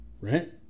right